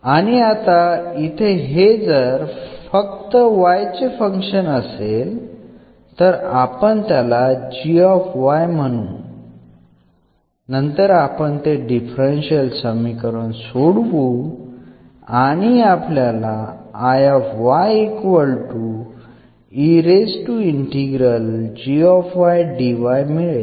आणि आता इथे हे जर फक्त y चे फिक्शन असेल तर आपण त्याला g म्हणू नंतर आपण ते डिफरन्शियल समीकरण सोडवू आणि आपल्याला मिळेल